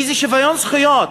איזה שוויון זכויות?